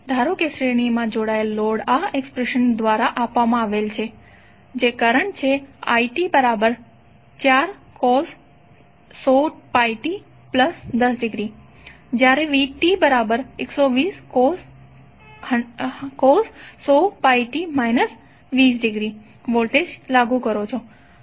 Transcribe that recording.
ધારો કે શ્રેણીમાં જોડાયેલ લોડ આ એક્સપ્રેશન દ્વારા આપવામાં આવેલ કરંટ ખેંચે છે it4 cos 100πt10° જ્યારે vt120 cos 100πt 20° વોલ્ટેજ લાગુ કરો છો